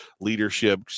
leadership